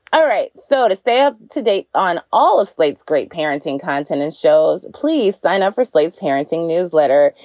all right. so to stay up to date on all of slate's great parenting content and shows, please sign up for slate's parenting newsletter.